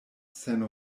sen